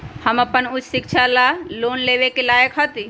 हम अपन उच्च शिक्षा ला लोन लेवे के लायक हती?